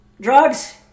Drugs